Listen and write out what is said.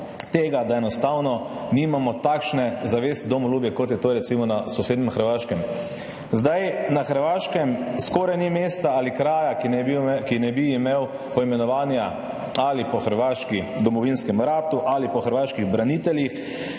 da enostavno nimamo takšne zavesti, domoljubja, kot je to recimo na sosednjem Hrvaškem. Na Hrvaškem skoraj ni mesta ali kraja, ki ne bi imel poimenovanja ali po hrvaškem domovinskem ratu ali po hrvaških braniteljih.